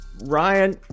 Ryan